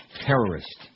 terrorist